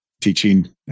teaching